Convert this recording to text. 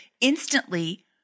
instantly